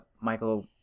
Michael